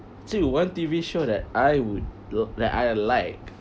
so you want T_V show that I would that I like